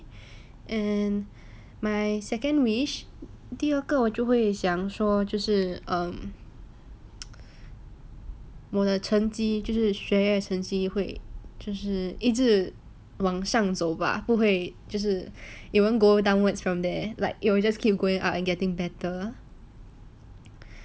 and my second wish 第二个我就会想说就是 um 我的成绩就是学业成绩会就是一直往上走吧不会就是 it won't go downwards from there like it will just keep going up and getting better